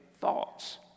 thoughts